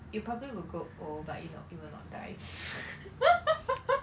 you probably will grow old but you not you will not die